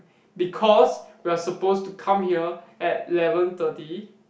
because we are supposed to come here at eleven thirty